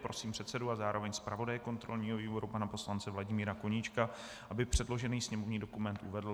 Prosím předsedu a zároveň zpravodaje kontrolního výboru pana poslance Vladimíra Koníčka, aby předložený sněmovní dokument uvedl.